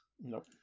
Nope